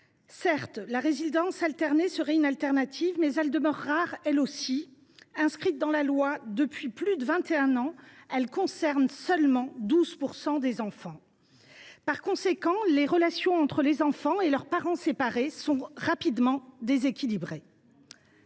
Certes, la résidence alternée serait une solution de substitution, mais elle demeure rare, elle aussi. Inscrite dans la loi depuis plus de vingt et un ans, elle concerne aujourd’hui seulement 12 % des enfants. Par conséquent, les relations entre les enfants et leurs parents séparés sont rapidement déséquilibrées.